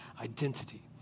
identity